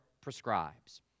prescribes